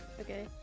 Okay